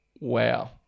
Wow